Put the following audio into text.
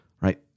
right